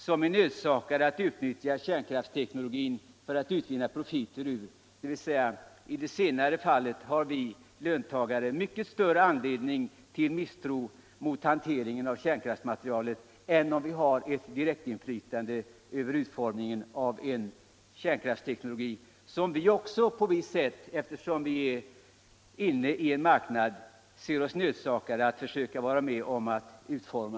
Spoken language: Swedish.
som är nödsakad att utnyttja kärnkraftsteknologin för att utvinna profit. F det senare fallet har vi löntagare mycket större anledning till misstro mot hanteringen av kärnkraftsmaterialet än om vi har ett direktinflytande över utformningen av en kärnkraftsteknologi som också vi på eu visst sätt — eftersom vi är inne i en sådan marknad — ser oss nödsakade att försöka vara med om att utforma.